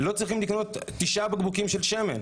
לא צריכים לקנות 9 בקבוקי שמן.